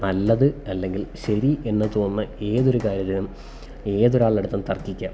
നല്ലത് അല്ലെങ്കിൽ ശരി എന്നു തോന്നുന്ന ഏതൊരു കാര്യം ഏതൊരാളുടടുത്തും തർക്കിക്കാം